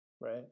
Right